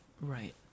Right